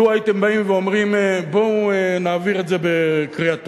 לוּ הייתם באים ואומרים: בואו נעביר את זה בקריאה טרומית,